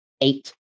eight